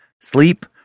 Sleep